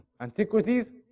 Antiquities